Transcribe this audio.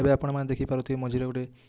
ଏବେ ଆପଣମାନେ ଦେଖିପାରୁଥିବେ ମଝିରେ ଗୋଟେ